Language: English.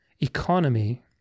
economy